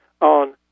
on